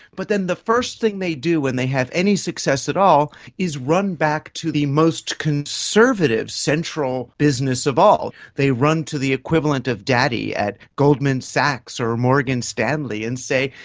but then the first thing they do when they have any success at all is run back to the most conservative central business of all, they run to the equivalent of daddy at goldman sachs or morgan stanley and say,